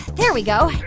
there we go.